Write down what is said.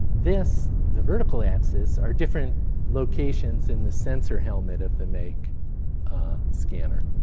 this, the vertical axis, are different locations in the sensor helmet of the meg scanner.